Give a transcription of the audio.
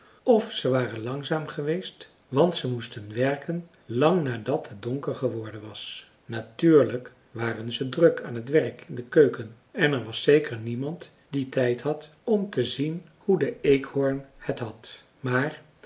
f ze waren langzaam geweest want ze moesten werken lang nadat het donker geworden was natuurlijk waren ze druk aan t werk in de keuken en er was zeker niemand die tijd had om te zien hoe de eekhoorn het had maar